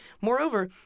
Moreover